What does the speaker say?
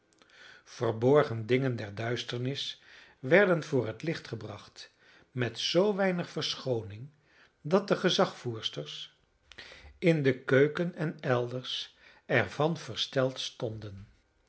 verborgen dingen der duisternis werden voor het licht gebracht met zoo weinig verschooning dat de gezagvoersters in de keuken en elders er van versteld stonden